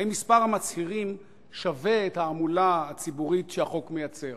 האם מספר המצהירים שווה את ההמולה הציבורית שהחוק מייצר?